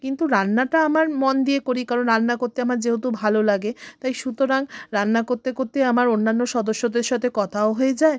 কিন্তু রান্নাটা আমার মন দিয়ে করি কারণ রান্না করতে আমার যেহেতু ভালো লাগে তাই সুতরাং রান্না করতে করতে আমার অন্যান্য সদস্যদের সাথে কথাও হয়ে যায়